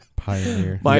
Pioneer